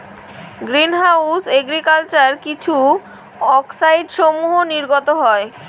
green house agriculture কিছু অক্সাইডসমূহ নির্গত হয়